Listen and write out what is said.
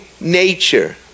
nature